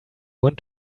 want